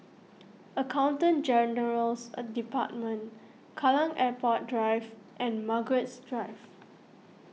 Accountant General's Department Kallang Airport Drive and Margaret Drive